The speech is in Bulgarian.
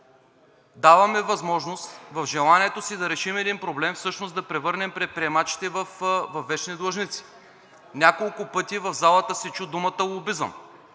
Даваме възможност в желанието си да решим един проблем всъщност да превърнем предприемачите във вечни длъжници. Няколко пъти в залата се чу думата „лобизъм“.